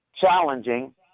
challenging